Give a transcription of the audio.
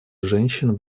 женщин